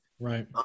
Right